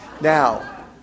Now